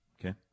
Okay